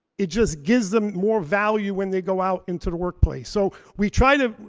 it just gives them more value when they go out into the workplace. so, we try to,